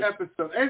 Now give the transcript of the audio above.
episode